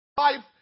Life